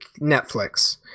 Netflix